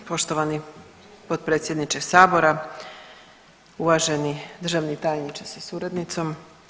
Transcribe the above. Poštovani potpredsjedniče sabora, uvaženi državni tajniče sa suradnicom.